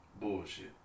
Bullshit